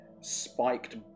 spiked